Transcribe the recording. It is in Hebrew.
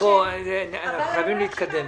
אנחנו חייבים להתקדם.